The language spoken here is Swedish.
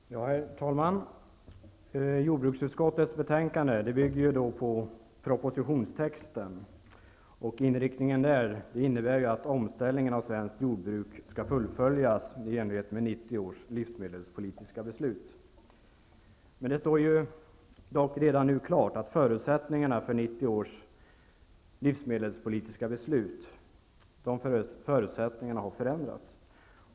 Herr talman! Jordbruksutskottets betänkande bygger på propositionstexten. Inriktningen där innebär att omställningen av svenskt jordbruk skall fullföljas i enlighet med 1990 års livmedelspolitiska beslut. Men det står dock redan nu klart att förutsättningarna för 1990 års livsmedelspolitiska beslut har förändrats.